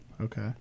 Okay